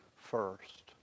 first